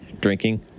drinking